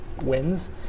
wins